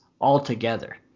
altogether